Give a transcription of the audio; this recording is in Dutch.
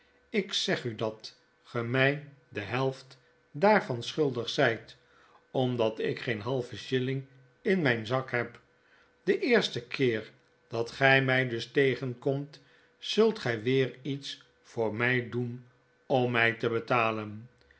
lk zeg u dat ge my de helft daarvan schuldig zijt omdat ik geen halven shilling in mijn zak heb den eersten keer dat gij mij dus tegenkomt zult gij weer iets voor mij doen om my te betalen